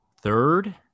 third